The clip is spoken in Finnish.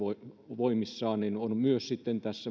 voimissaan on myös tässä